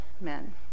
men